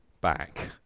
back